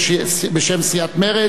סיעת מרצ,